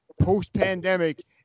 post-pandemic